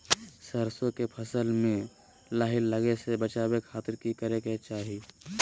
सरसों के फसल में लाही लगे से बचावे खातिर की करे के चाही?